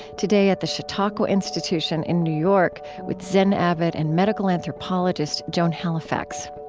today, at the chautauqua institution in new york with zen abbot and medical anthropologist joan halifax.